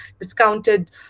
discounted